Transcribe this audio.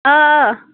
آ آ